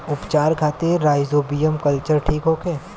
उपचार खातिर rhizobium culture ठीक होखे?